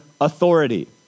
authority